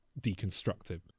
deconstructive